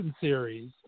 series